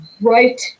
right